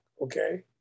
Okay